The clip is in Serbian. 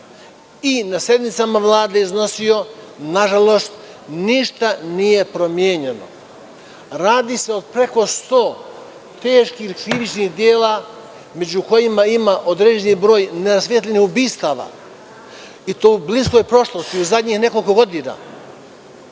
i na sednicama Vlade iznosio, na žalost, ništa nije promenjeno. Radi se o preko 100 teških krivičnih dela među kojima ima određeni broj nerasvetljenih ubistava i to u bliskoj prošlosti, u zadnjih nekoliko godina,